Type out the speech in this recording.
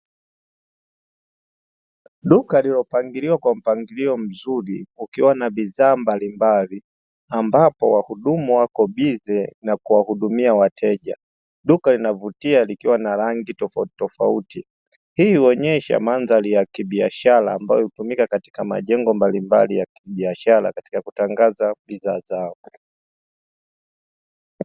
Duka lililopangiliwa kwa mpangilio mzuri ukiwa na bidhaa mbalimbali ambapo wahudumu wako bize na kuwahudumia wateja. Duka linavutia likiwa na rangi tofautitofauti hii huonyesha mandhari ya kibiashara ambayo hutumika katika majengo mbalimbali ya kibiashara katika kutangaza biashara zao.